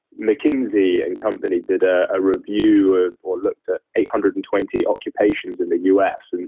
mckinsey and company did ah a review or looked at a hundred and twenty occupations in the u s. and